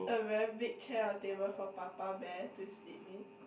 a very big chair or table for papa bear to sleep in